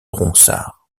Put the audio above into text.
ronsard